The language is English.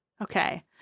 Okay